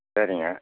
சரிங்க